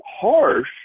harsh